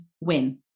win